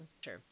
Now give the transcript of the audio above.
sure